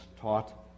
taught